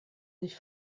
sich